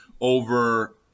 over